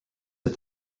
est